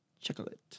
chocolate